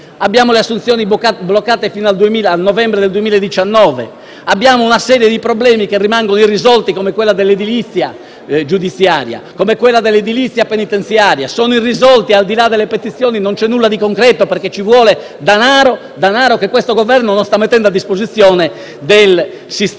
abbiamo le assunzioni bloccate fino al novembre 2019 e una serie di problemi che rimangono irrisolti, come quello dell'edilizia giudiziaria e dell'edilizia penitenziaria. Sono irrisolti: al di là delle petizioni, non c'è nulla di concreto, perché ci vuole danaro, che questo Governo non sta mettendo a disposizione del sistema.